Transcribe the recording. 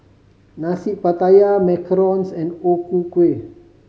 Nasi Pattaya macarons and O Ku Kueh